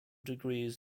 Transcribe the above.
degrees